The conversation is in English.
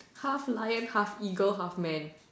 half lion half eagle half man